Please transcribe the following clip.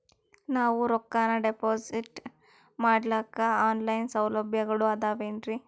ನಾವು ರೊಕ್ಕನಾ ಡಿಪಾಜಿಟ್ ಮಾಡ್ಲಿಕ್ಕ ಆನ್ ಲೈನ್ ಸೌಲಭ್ಯಗಳು ಆದಾವೇನ್ರಿ?